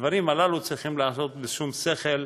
הדברים הללו צריכים להיעשות בשום שכל,